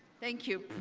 thank you,